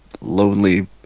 lonely